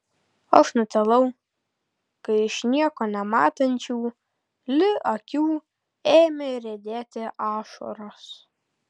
aš nutilau kai iš nieko nematančių li akių ėmė riedėti ašaros